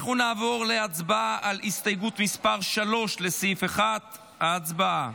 נעבור להצבעה על הסתייגות מס' 3, לסעיף 1. הצבעה.